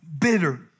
bitter